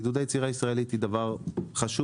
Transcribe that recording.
עידוד היצירה הישראלית הוא דבר חשוב